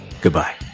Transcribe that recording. Goodbye